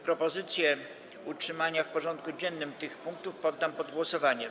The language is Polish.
Propozycję utrzymania w porządku dziennym tych punktów poddam pod głosowanie.